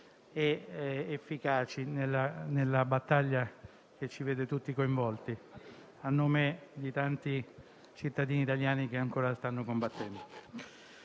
ed efficaci nella battaglia che ci vede tutti coinvolti, a nome di tanti cittadini che ancora stanno combattendo.